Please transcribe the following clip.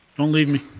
don't leave me.